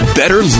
better